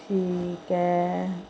ठीक ऐ